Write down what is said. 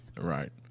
Right